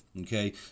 okay